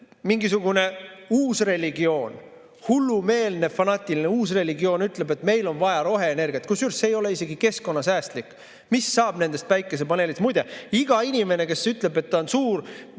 mingisugune uus religioon, hullumeelne, fanaatiline uus religioon ütleb, et meil on vaja roheenergiat. Kusjuures see ei ole isegi keskkonnasäästlik. Mis saab nendest päikesepaneelidest? Muide, iga inimene, kes ütleb, et ta on suur